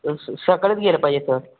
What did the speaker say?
स सकाळीच गेलं पाहिजे सर